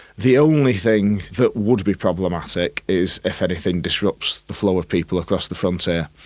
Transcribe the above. the only thing that would be problematic is if anything disrupts the flow of people across the frontier,